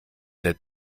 der